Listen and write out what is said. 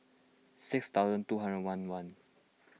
six thousand two hundred one one